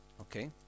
Okay